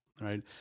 Right